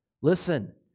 Listen